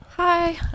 Hi